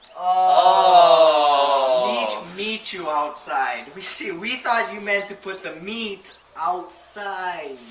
ah meet you outside. we see, we thought you meant to put the meat outside.